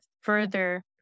further